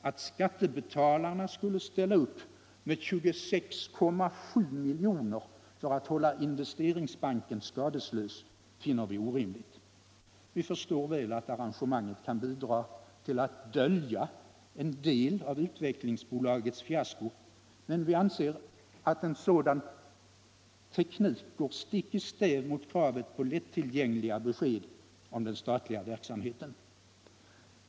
Att skattebetalarna skulle ställa upp med 26,7 miljoner för att hålla Investeringsbanken skadeslös finner vi orimligt. Vi förstår väl, att arrangemanget kan bidra till att dölja en del av Utvecklingsaktiebolagets fiasko. men vi anser att en sådan teknik går stick i stäv mot kravet på lättillgängliga besked om den statliga verksamheten.